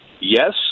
Yes